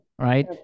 Right